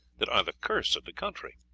that are the curse of the country.